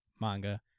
manga